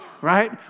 right